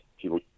people